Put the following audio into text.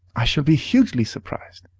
i shall be hugely surprised!